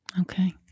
Okay